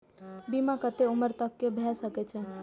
बीमा केतना उम्र तक के भे सके छै?